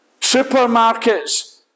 Supermarkets